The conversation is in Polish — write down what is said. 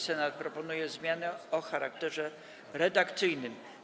Senat proponuje zmiany o charakterze redakcyjnym.